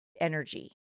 energy